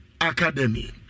academy